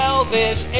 Elvis